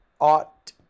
Ought